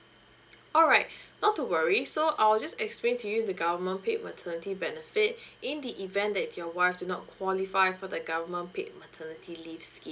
alright not to worry so I will just explain to you the government paid maternity benefit in the event that your wife do not qualify for the government paid maternity leave scheme